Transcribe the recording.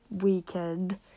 weekend